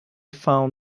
found